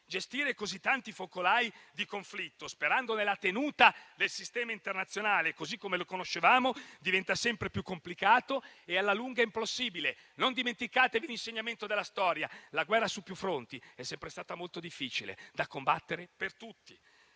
Gestire così tanti focolai di conflitto, sperando nella tenuta del sistema internazionale così come lo conoscevamo, diventa sempre più complicato e alla lunga impossibile. Non dimenticatevi l'insegnamento della storia: la guerra su più fronti è sempre stata molto difficile da combattere per tutti.